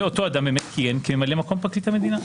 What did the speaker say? ואותו אדם באמת כיהן כממלא-מקום פרקליט המדינה.